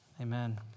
Amen